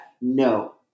No